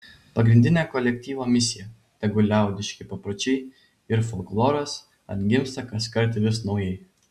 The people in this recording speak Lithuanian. pagrindinė kolektyvo misija tegul liaudiški papročiai ir folkloras atgimsta kaskart vis naujai